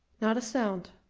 not a sound!